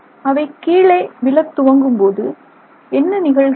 அவை கீழே விழ துவங்கும்போது என்ன நிகழ்கிறது